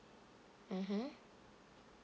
mmhmm